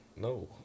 no